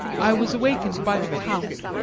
i was awakened by the count,